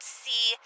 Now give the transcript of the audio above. see